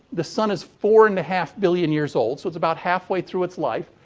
the sun is four and a half billion years old. so, it's about half-way through its life.